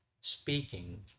speaking